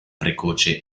precoce